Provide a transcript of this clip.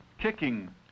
kicking